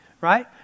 Right